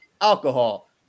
Alcohol